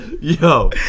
Yo